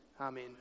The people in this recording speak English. Amen